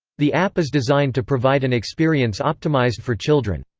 the app is designed to provide an experience optimized for children.